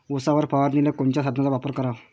उसावर फवारनीले कोनच्या साधनाचा वापर कराव?